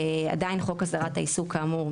עדיין חוק הסדרת העיסוק כאמור,